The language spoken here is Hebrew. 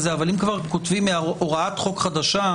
אבל אם אנחנו כבר כותבים הוראת חוק חדשה,